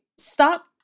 Stop